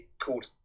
called